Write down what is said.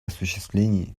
осуществлении